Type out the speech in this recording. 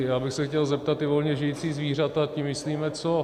Já bych se chtěl zeptat, ta volně žijící zvířata, tím myslíme co?